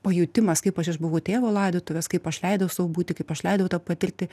pajutimas kaip aš išbuvau tėvo laidotuves kaip aš leidau sau būti kaip aš leidau tą patirti